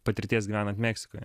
patirties ganant meksikoje